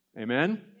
Amen